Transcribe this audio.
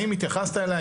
האם התייחסת אליה?